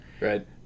right